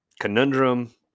conundrum